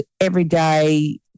everyday